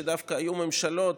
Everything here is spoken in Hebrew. דווקא היו ממשלות,